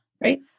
Right